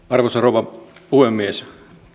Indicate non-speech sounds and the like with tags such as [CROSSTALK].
[UNINTELLIGIBLE] arvoisa rouva puhemies